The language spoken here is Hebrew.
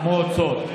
שיכניסו כסף למועצות.